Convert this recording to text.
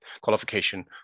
qualification